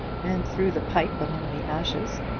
and threw the pipe among the ashes.